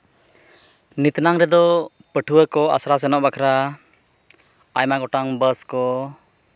ᱱᱤᱛ ᱱᱟᱝ ᱨᱮᱫᱚ ᱯᱟᱹᱴᱷᱩᱣᱟᱹ ᱠᱚ ᱟᱥᱲᱟ ᱥᱮᱱᱚᱜ ᱵᱟᱠᱷᱨᱟ ᱟᱭᱢᱟ ᱜᱚᱴᱟᱝ ᱵᱟᱥ ᱠᱚ